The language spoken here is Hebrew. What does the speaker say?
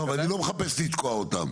אני לא מחפש לתקוע אותם.